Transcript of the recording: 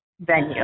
venue